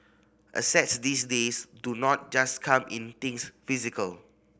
assets these days do not just come in things physical